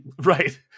Right